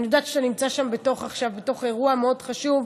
אני יודעת שאתה שם עכשיו בתוך אירוע מאוד חשוב,